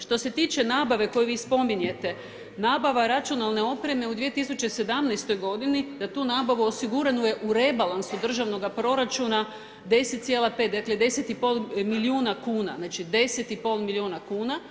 Što se tiče nabave koju vi spominjete, nabava računalne opreme u 2017. godini za tu nabavu osigurano je u rebalansu državnoga proračuna 10,5, dakle 10,5 milijuna kuna, znači 10,5 milijuna kuna.